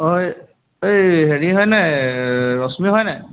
অঁ এই এই হেৰি হয়নে ৰশ্মি হয় নাই